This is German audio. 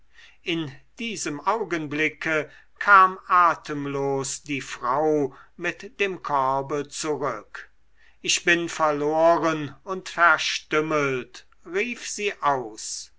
in diesem augenblicke kam atemlos die frau mit dem korbe zurück ich bin verloren und verstümmelt rief sie aus